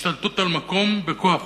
השתלטות על מקום בכוח הזרוע.